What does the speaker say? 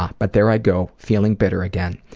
but there i go, feeling bitter again.